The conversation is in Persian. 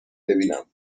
ببینم